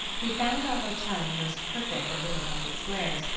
we found our hotel in the most perfect of little market squares,